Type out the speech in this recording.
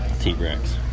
T-Rex